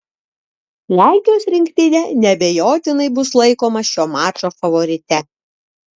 lenkijos rinktinė neabejotinai bus laikoma šio mačo favorite